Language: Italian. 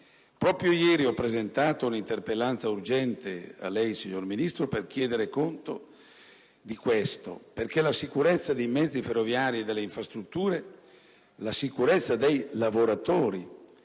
Proprio ieri ho presentato una interpellanza urgente a lei, signor Ministro, per chiedere conto di questo, perché la sicurezza dei mezzi ferroviari e delle infrastrutture, nonché dei lavoratori